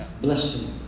Blessing